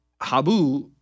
Habu